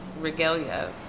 regalia